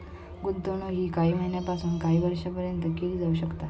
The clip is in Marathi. गुंतवणूक ही काही महिन्यापासून काही वर्षापर्यंत केली जाऊ शकता